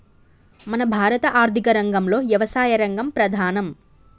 మన భారత ఆర్థిక రంగంలో యవసాయ రంగం ప్రధానం